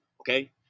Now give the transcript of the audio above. okay